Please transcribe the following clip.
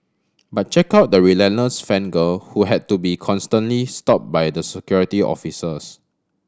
but check out the relentless fan girl who had to be constantly stopped by the Security Officers